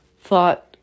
thought